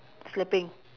sleeping